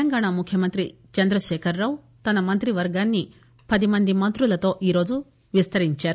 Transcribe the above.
తెలంగాణా ముఖ్యమంత్రి చంద్రశేఖర్ రావు తన మంత్రివర్గాన్సి పది మంత్రులతో ఈరోజు విస్తరించారు